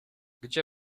gdzie